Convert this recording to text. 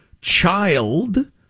child